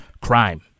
crime